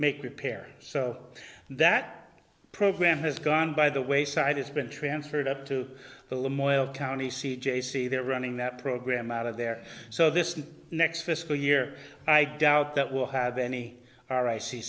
make repair so that program has gone by the wayside it's been transferred up to county c j c they're running that program out of there so this next fiscal year i doubt that will have